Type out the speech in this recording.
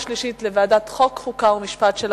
חוק ומשפט נתקבלה.